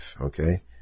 okay